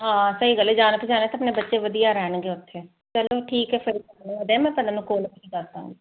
ਹਾਂ ਸਹੀ ਗੱਲ ਜਾਣ ਪਹਿਚਾਣ ਤਾਂ ਆਪਣੇ ਬੱਚੇ ਵਧੀਆ ਰਹਿਣਗੇ ਉਥੇ ਚਲੋ ਠੀਕ ਐ ਫਿਰ ਕੋਲ ਵੀ ਨੀ ਕਰਦਾ